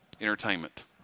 entertainment